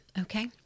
Okay